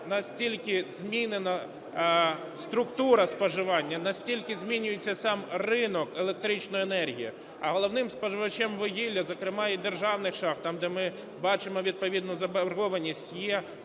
настільки змінена структура споживання, наскільки змінюється сам ринок електричної енергії, а головним споживачем вугілля, зокрема і державних шахт - там, де ми бачимо відповідну заборгованість, є